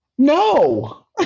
No